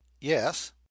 Yes